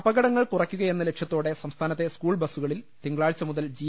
അപകടങ്ങൾ കുറയ്ക്കുകയെന്ന ലക്ഷ്യത്തോടെ സംസ്ഥാനത്തെ സ്കൂൾ ബസ്സുകളിൽ തിങ്കളാഴ്ച മുതൽ ജി